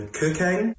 cooking